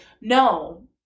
No